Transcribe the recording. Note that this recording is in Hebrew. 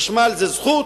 חשמל זה זכות,